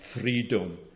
freedom